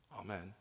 Amen